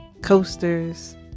coasters